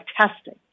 testing